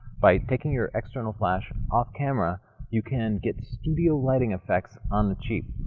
by taking your external flash off camera you can get studio lighting effects on the cheap.